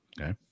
Okay